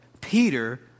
Peter